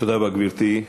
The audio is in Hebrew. תודה רבה, גברתי.